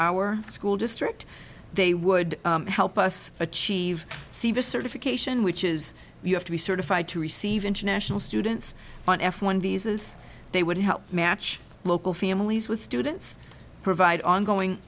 our school district they would help us achieve a certification which is you have to be certified to receive international students on f one visas they would help match local families with students provide ongoing